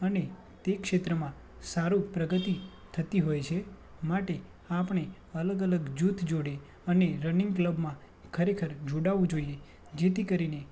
અને તે ક્ષેત્રમાં સારું પ્રગતિ થતી હોય છે માટે આપણે અલગ અલગ જૂથ જોડે અને રનિંગ ક્લબમાં ખરેખર જોડાવવું જોઈએ જેથી કરીને